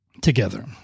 together